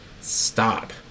Stop